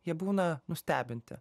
jie būna nustebinti